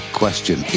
question